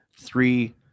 three